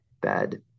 bad